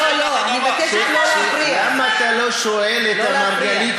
אם תחליט להגיש שאילתה, אתה מוזמן, מה זה, יואל?